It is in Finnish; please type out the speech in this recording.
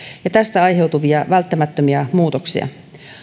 ja tästä aiheutuvia välttämättömiä muutoksia